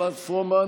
חברת הכנסת פרומן,